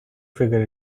figure